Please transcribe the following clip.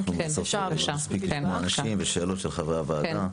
אנחנו בסוף לא נספיק לשמוע אנשים ושאלות של חברי הוועדה.